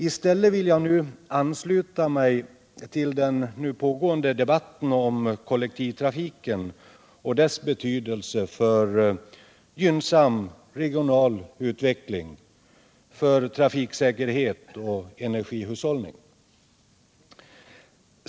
I stället vill jag ansluta mig till den nu pågående debatten om kollektivtrafiken och dess betydelse för en gynnsam regional utveckling, för trafiksäkerhet och energihushållning.